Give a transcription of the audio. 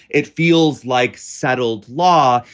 it feels like settled law.